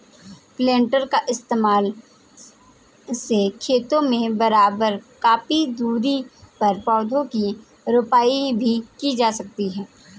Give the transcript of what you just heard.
planter का इस्तेमाल से खेतों में बराबर ककी दूरी पर पौधा की रोपाई भी की जाती है